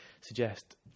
suggest